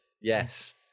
Yes